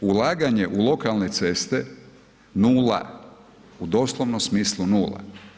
Ulaganje u lokalne ceste, nula, u doslovnom smislu nula.